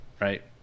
Right